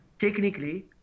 technically